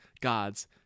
God's